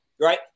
Right